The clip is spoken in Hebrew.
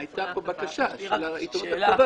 היתה פה בקשה של העיתונות הכתובה,